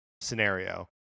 scenario